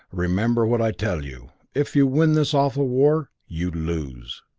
remember what i tell you. if you win this awful war you lose.